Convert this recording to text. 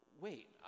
Wait